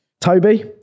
Toby